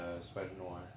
Spider-Noir